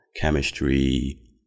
chemistry